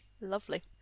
Lovely